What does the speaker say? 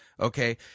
okay